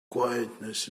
quietness